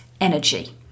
energy